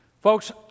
folks